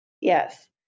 Yes